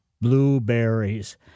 blueberries